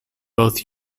both